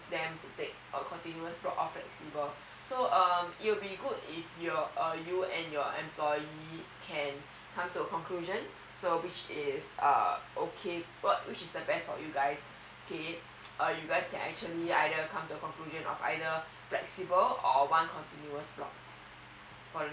them to take a continuous slot of flexible so um it will be good if you and your employee can come to a conclusion so which is uh okay which is the best for you guys okay you guys can actually either come to a conclusion of either flexible or one continuous slot